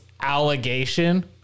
allegation